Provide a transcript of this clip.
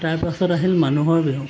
তাৰপিছত আহিল মানুহৰ বিহু